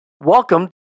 welcome